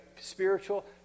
spiritual